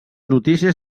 notícies